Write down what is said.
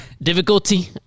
Difficulty